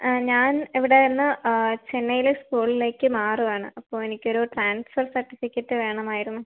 ഞാൻ ഇവിടെ നിന്ന് ചെന്നൈയിലെ സ്കൂളിലേക്ക് മാറുവാണ് അപ്പോൾ എനിക്കൊരു ട്രാൻസ്ഫർ സർട്ടിഫിക്കറ്റ് വേണമായിരുന്നു